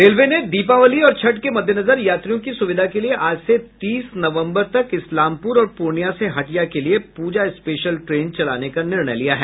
railway ने दीपावली और छठ के मद्देनजर यात्रियों की सुविधा के लिये आज से तीस नवंबर तक इस्लामपुर और पूर्णिया से हटिया के लिये पूजा स्पेशल ट्रेन चलाने का निर्णय लिया है